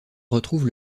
retrouve